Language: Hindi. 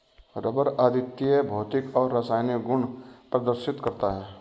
रबर अद्वितीय भौतिक और रासायनिक गुण प्रदर्शित करता है